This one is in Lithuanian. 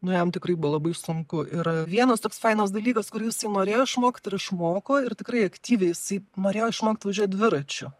nu jam tikrai buvo labai sunku ir vienas toks fainas dalykas kurį jisai norėjo išmokt ir išmoko ir tikrai aktyviai jisai norėjo išmokt važiuot dviračiu